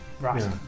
Right